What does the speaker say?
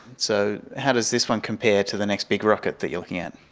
so how does this one compare to the next big rocket that you're looking at?